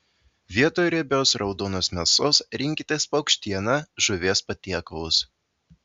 vietoj riebios raudonos mėsos rinkitės paukštieną žuvies patiekalus